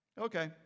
Okay